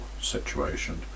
situation